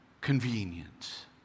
Convenience